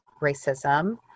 racism